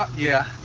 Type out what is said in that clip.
yeah,